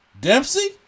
Dempsey